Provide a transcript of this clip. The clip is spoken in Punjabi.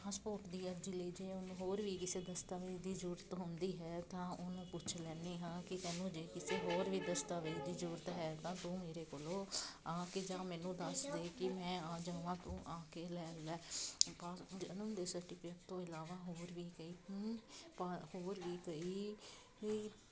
ਪਾਸਪੋਰਟ ਦੀ ਅਰਜੀ ਲੈ ਜਾ ਹੋਰ ਵੀ ਕਿਸੇ ਦਸਤਾਵੇਜ ਦੀ ਜਰੂਰਤ ਹੁੰਦੀ ਹੈ ਤਾਂ ਉਹਨੂੰ ਪੁੱਛ ਲੈਦੇ ਹਾਂ ਕਿ ਤੈਨੂੰ ਜੇ ਕਿਸੇ ਹੋਰ ਵੀ ਦਸਤਾਵੇਜ ਦੀ ਜਰੂਰਤ ਹੈ ਤਾਂ ਤੂੰ ਮੇਰੇ ਕੋਲੋਂ ਆ ਕੇ ਜਾਂ ਮੈਨੂੰ ਦੱਸ ਦੇ ਕਿ ਮੈਂ ਆ ਜਾਵਾਂ ਤੂੰ ਆ ਕੇ ਲੈ ਲਾ ਸਰਟੀਫਿਕੇਟ ਤੋਂ ਇਲਾਵਾ ਹੋਰ ਵੀ ਕਈ ਹੋਰ ਵੀ ਕਈ